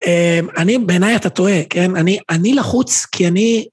אני, בעיניי אתה טועה, כן? אני לחוץ כי אני...